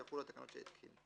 יחולו התקנות שהתקין,